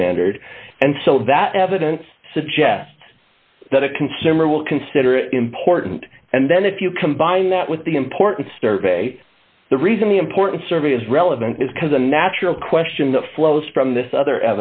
standard and so that evidence suggests that a consumer will consider it important and then if you combine that with the important survey the reason the important survey is relevant is because the natural question that flows from this other